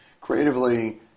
creatively